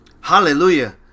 hallelujah